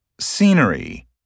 scenery